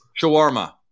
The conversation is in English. Shawarma